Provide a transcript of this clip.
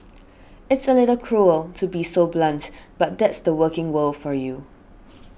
it's a little cruel to be so blunt but that's the working world for you